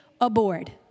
aboard